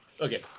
Okay